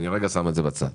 ואני לרגע שם את זה בצד.